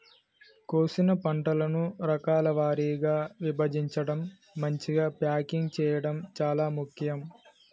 కోసిన పంటను రకాల వారీగా విభజించడం, మంచిగ ప్యాకింగ్ చేయడం చాలా ముఖ్యం